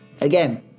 Again